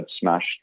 smashed